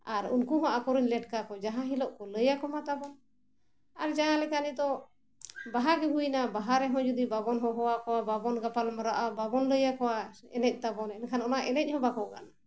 ᱟᱨ ᱩᱱᱠᱩ ᱦᱚᱸ ᱟᱠᱚᱨᱮᱱ ᱞᱮᱴᱠᱟ ᱠᱚ ᱡᱟᱦᱟᱸ ᱦᱤᱞᱳᱜ ᱠᱚ ᱞᱟᱹᱭᱟᱠᱚ ᱢᱟ ᱛᱟᱵᱚᱱ ᱟᱨ ᱡᱟᱦᱟᱸ ᱞᱮᱠᱟ ᱱᱤᱛᱳᱜ ᱵᱟᱦᱟ ᱜᱮ ᱦᱩᱭᱮᱱᱟ ᱵᱟᱦᱟ ᱨᱮᱦᱚᱸ ᱡᱩᱫᱤ ᱵᱟᱵᱚᱱ ᱦᱚᱦᱚᱣᱟᱠᱚᱣᱟ ᱵᱟᱵᱚᱱ ᱜᱟᱯᱟᱞᱢᱟᱨᱟᱜᱼᱟ ᱵᱟᱵᱚᱱ ᱞᱟᱹᱭᱟᱠᱚᱣᱟ ᱮᱱᱮᱡ ᱛᱟᱵᱚᱱ ᱮᱱᱠᱷᱟᱱ ᱚᱱᱟ ᱮᱱᱮᱡ ᱦᱚᱸ ᱵᱟᱠᱚ ᱜᱟᱱᱟ